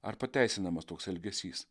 ar pateisinamas toks elgesys